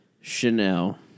Chanel